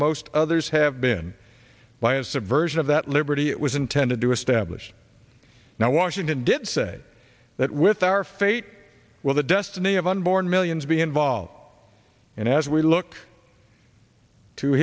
most others have been bias a version of that liberty it was intended to establish now washington did say that with our fate will the destiny of unborn millions be involved and as we look to